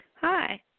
Hi